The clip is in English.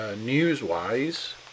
news-wise